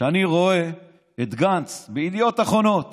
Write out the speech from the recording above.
בידיעות אחרונות